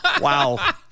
Wow